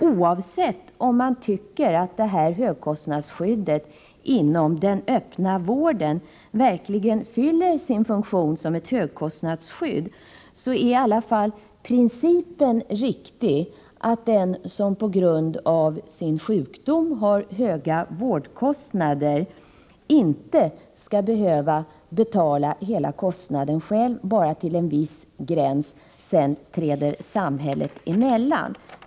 Oavsett om man tycker att detta högkostnadsskydd inom den öppna vården verkligen fyller sin funktion som just ett högkostnadsskydd, är i alla fall principen riktig att den som på grund av sin sjukdom har höga vårdkostnader inte skall behöva betala hela kostnaden själv — bara till en viss gräns, och sedan träder samhället emellan.